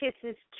kisses